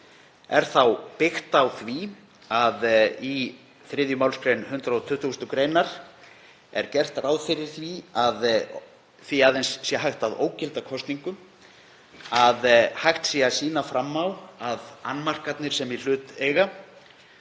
Er þá byggt á því að í 3. mgr. 120. gr. er gert ráð fyrir að því aðeins sé hægt að ógilda kosningu að hægt sé að sýna fram á að annmarkarnir sem í hlut eiga